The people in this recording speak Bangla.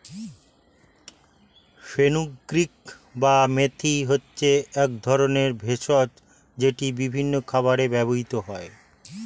ফেনুগ্রীক বা মেথি হচ্ছে এক রকমের ভেষজ যেটি বিভিন্ন খাবারে ব্যবহৃত হয়